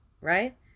right